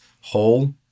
hole